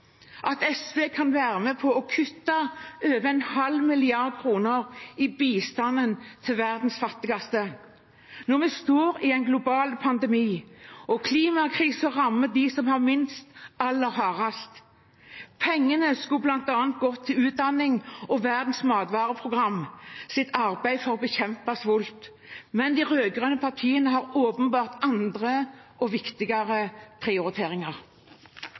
at SV kan være med på å kutte over en halv milliard kroner i bistanden til verdens fattigste når vi står i en global pandemi og klimakrisen rammer dem som har minst, aller hardest. Pengene skulle bl.a. gått til utdanning og Verdens matvareprograms arbeid for å bekjempe sult, men de rød-grønne partiene har åpenbart andre og viktigere prioriteringer.